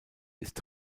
ist